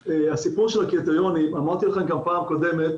הסיפור של הקריטריונים, אמרתי לכם גם בפעם הקודמת,